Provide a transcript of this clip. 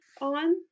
on